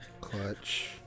Clutch